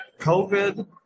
COVID